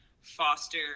foster